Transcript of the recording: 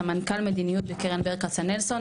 סמנכ"ל מדיניות בקרן ברל כצנלסון,